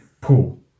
pool